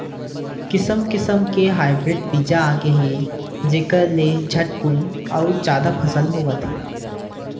किसम किसम के हाइब्रिड बीजा आगे हे जेखर ले झटकुन अउ जादा फसल होवत हे